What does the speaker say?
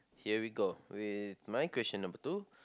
here we go we my question number two